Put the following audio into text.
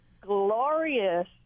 glorious